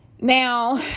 Now